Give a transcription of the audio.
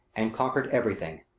and conquered everything,